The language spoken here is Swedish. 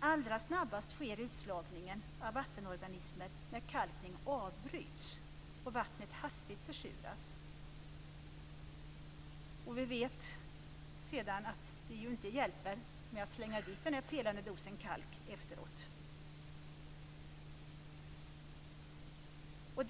Allra snabbast sker utslagningen av vattenorganismer när kalkning avbryts och vattnet hastigt försuras. Vi vet att det inte hjälper med att slänga dit den felande dosen kalk efteråt.